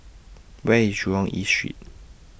Where IS Jurong East Street